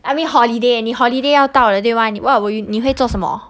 I mean holiday eh 你 holiday 要到了对吗 what will you 你会做什么